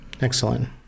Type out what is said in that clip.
Excellent